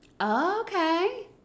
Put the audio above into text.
Okay